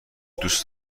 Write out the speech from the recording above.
دوست